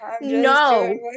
no